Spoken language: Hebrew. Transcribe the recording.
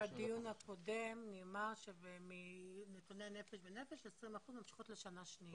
בדיון הקודם נאמר ומנתוני 'נפש בנפש' ש-20% ממשיכות לשנה שנייה.